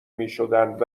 میشدند